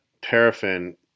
Paraffin